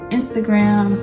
Instagram